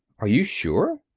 are you sure?